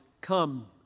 come